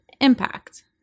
impact